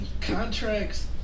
contracts